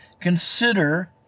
Consider